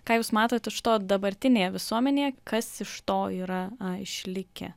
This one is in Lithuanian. ką jūs matot iš to dabartinėje visuomenėje kas iš to yra a išlikę